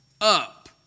up